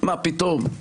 מה פתאום.